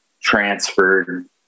transferred